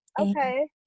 Okay